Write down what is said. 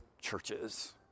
churches